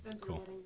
Cool